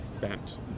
bent